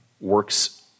works